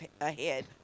ahead